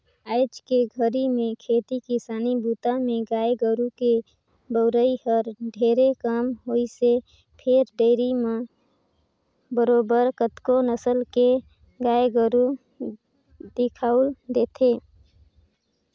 आयज के घरी में खेती किसानी बूता में गाय गोरु के बउरई हर ढेरे कम होइसे फेर डेयरी म बरोबर कतको नसल के गाय गोरु दिखउल देथे